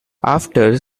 after